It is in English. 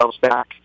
back